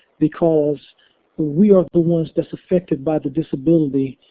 because we are the ones that's affected by the disability,